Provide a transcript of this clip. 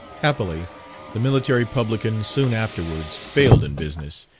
happily the military publican soon afterwards failed in business,